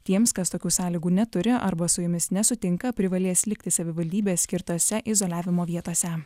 tiems kas tokių sąlygų neturi arba su jumis nesutinka privalės likti savivaldybės skirtose izoliavimo vietose